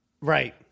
Right